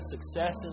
success